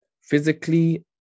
Physically